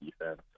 defense